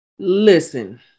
Listen